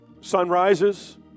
sunrises